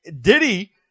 Diddy